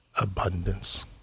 abundance